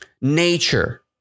nature